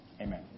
amen